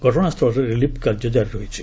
ଘଟଣାସ୍ଥଳରେ ରିଲିଫ୍ କାର୍ଯ୍ୟ ଜାରି ରହିଛି